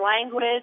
language